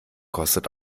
kostet